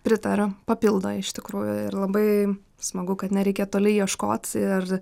pritariu papildo iš tikrųjų ir labai smagu kad nereikia toli ieškot ir